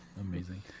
Amazing